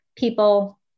People